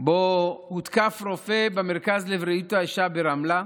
שבו הותקף רופא במרכז לבריאות האישה ברמלה,